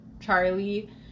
Charlie